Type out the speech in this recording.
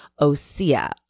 Osea